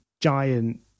giant